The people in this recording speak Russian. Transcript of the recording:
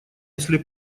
если